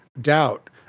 doubt